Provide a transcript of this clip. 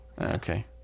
Okay